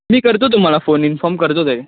मी करतो तुम्हाला phone inform करतो ते